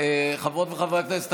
חברות וחברי הכנסת,